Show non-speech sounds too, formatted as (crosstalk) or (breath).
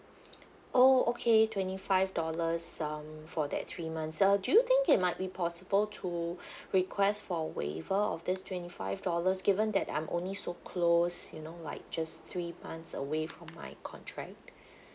oh okay twenty five dollars um for that three months uh do you think it might be possible to (breath) request for waiver of this twenty five dollars given that I'm only so close you know like just three months away from my contract